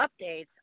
updates